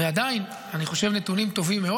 ועדיין, אני חושב שאלו נתונים טובים.